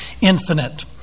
infinite